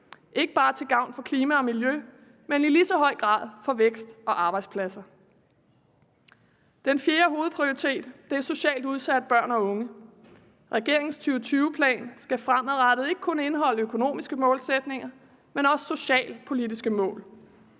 ikke bare til gavn for klima og miljø, men i lige så høj grad for vækst og arbejdspladser. Den fjerde hovedprioritet er socialt udsatte børn og unge. Regeringens 2020-plan skal fremadrettet ikke kun indeholde økonomiske målsætninger, men også socialpolitiske mål.